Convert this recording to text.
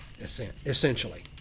essentially